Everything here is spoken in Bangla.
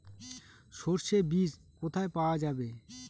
সর্ষে বিজ কোথায় পাওয়া যাবে?